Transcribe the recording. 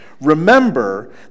remember